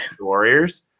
warriors